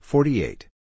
Forty-eight